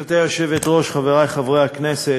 גברתי היושבת-ראש, חברי חברי הכנסת,